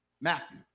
Matthew